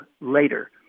later